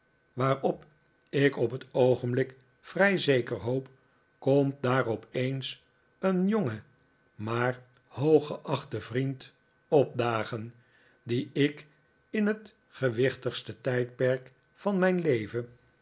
waarop ik op het oogenblik vrij zeker hoop komt daar opeens een jonge maar hooggeachte vriend opdagen dien ik in het gewichtigste tijdperk van mijn leven